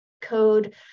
code